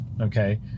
Okay